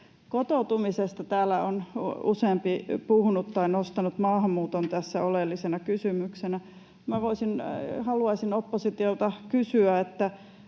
Kotoutumisesta täällä on useampi puhunut tai nostanut maahanmuuton tässä oleellisena kysymyksenä. Minä haluaisin oppositiolta kysyä: